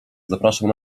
zapraszam